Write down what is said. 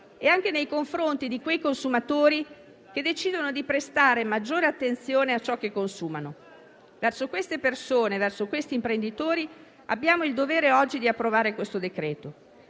e anche nei confronti di quei consumatori che decidono di prestare maggiore attenzione a ciò che consumano. Verso queste persone e verso quegli imprenditori abbiamo il dovere oggi di approvare il decreto-legge